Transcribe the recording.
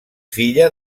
filla